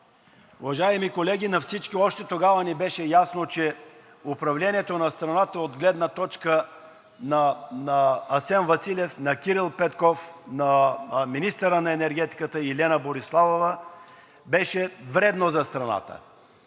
Уважаеми колеги, на всички още тогава ни беше ясно, че управлението на страната от гледна точка на Асен Василев, на Кирил Петков, на министъра на енергетиката и Лена Бориславова беше вредно за страната.